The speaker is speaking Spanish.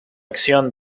acción